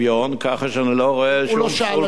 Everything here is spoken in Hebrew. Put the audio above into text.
ככה שאני לא רואה שום פסול בזה.